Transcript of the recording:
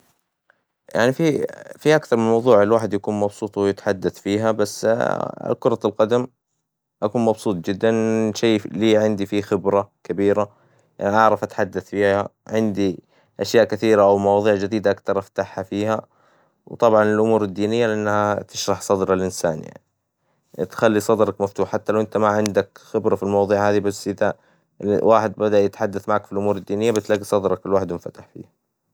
يعني في أكثر من موظوع الواحد يكون مبسوط وهو يتحدث فيها بس كرة القدم أكون مبسوط جدا شي لي عندي فيه خبرة كبيرة يعني عرف أتحدث فيها عندي أشياء كثيرة أو مواظيع جديدة أجدر أفتحها فيها، وطبعا الأمور الدينية لأنها تشرح صدر الإنسان، بتخلي صدرك مفتوح حتى لو إنت ما عندك خبرة في الموظوع، هذي بس إذا الواحد بدا يتحدث معك في الأمور الدينية بتلاقي صدرك لوحده انفتح فيه.